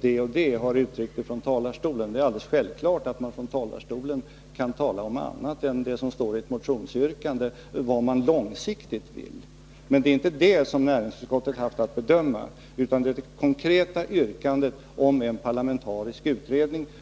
talarstolen har uttryckt att jag vill vissa bestämda saker. Det är alldeles självklart att man från talarstolen kan tala om annat än det som står i ett motionsyrkande när det gäller vad man långsiktigt vill. Men det är inte det som näringsutskottet har haft att bedöma, utan det är det konkreta yrkandet om en parlamentarisk utredning.